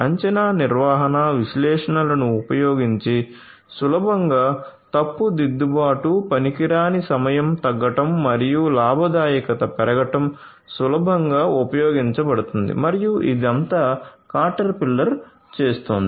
అంచనా నిర్వహణ విశ్లేషణలను ఉపయోగించి సులభంగా తప్పు దిద్దుబాటు పనికిరాని సమయం తగ్గడం మరియు లాభదాయకత పెరగడం సులభంగా ఉపయోగించబడుతుంది మరియు ఇదంతా కాటర్పిల్లర్ చేస్తోంది